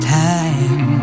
time